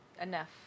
enough